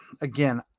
again